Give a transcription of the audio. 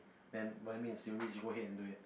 then by all means you rich go ahead and just do it